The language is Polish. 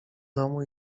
domu